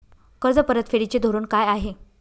कर्ज परतफेडीचे धोरण काय आहे?